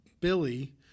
Billy